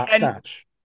match